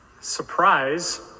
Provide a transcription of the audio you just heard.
Surprise